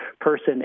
person